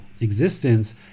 existence